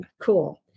Cool